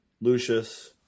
Lucius